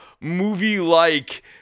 movie-like